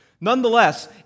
Nonetheless